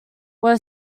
were